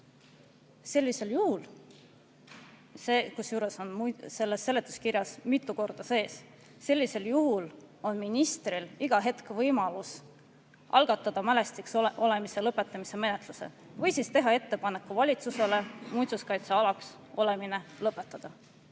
sees – on ministril iga hetk võimalus algatada mälestiseks olemise lõpetamise menetlus või siis teha ettepanek valitsusele muinsuskaitsealaks olemine lõpetada.